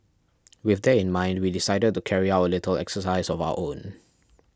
with that in mind we decided to carry out a little exercise of our own